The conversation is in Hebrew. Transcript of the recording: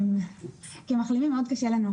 אמרתי לו שאני לא יכולה והוא אמר לי שאני חייבת לצאת,